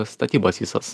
statybos visos